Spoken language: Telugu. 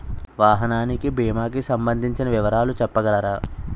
వాహనానికి భీమా కి సంబందించిన వివరాలు చెప్పగలరా?